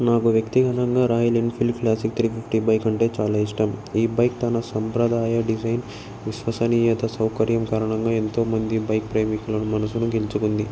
నాకు వ్యక్తిగతంగా Royal Enfield classic three fifty bike అంటే చాలా ఇష్టం ఈ బైక్ తన సంప్రదాయ డిజైన్ విశ్వసనీయత సౌకర్యం కారణంగా ఎంతోమంది బైక్ ప్రేమకుల మనసును గెలుచుకుంది